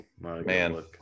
man